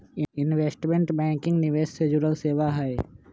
investment banking निवेश से जुड़ल सेवा हई